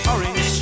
Orange